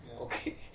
Okay